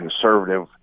conservative